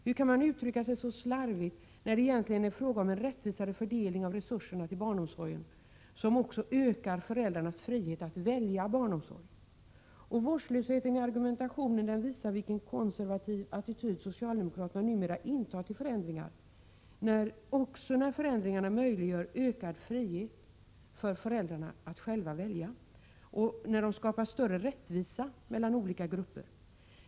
Hur kan man uttrycka sig så slarvigt, när det egentligen är fråga om en rättvisare fördelning av resurserna till barnomsorgen, en fördelning som också ökar föräldrarnas frihet att välja barnomsorg? Vårdslösheten i argumentationen visar vilken konservativ attityd socialdemokraterna numera intar till förändringar, också när förändringarna möjliggör ökad frihet för föräldrarna och när de skapar större rättvisa mellan olika grupper.